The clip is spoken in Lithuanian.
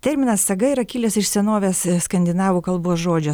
terminas saga yra kilęs iš senovės skandinavų kalbos žodžio